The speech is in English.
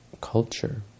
culture